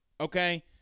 Okay